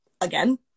again